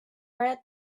red